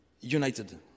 united